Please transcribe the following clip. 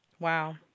Wow